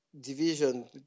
division